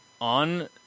on